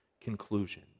conclusion